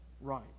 right